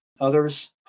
others